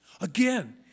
Again